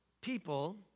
people